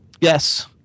Yes